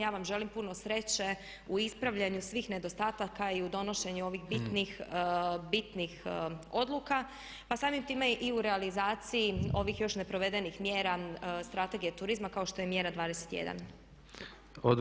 Ja vam želim puno sreće u ispravljanju svih nedostataka i u donošenju ovih bitnih odluka pa samim time i u realizaciji ovih još neprovedenih mjera strategije turizma kao što je mjera 21.